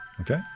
Okay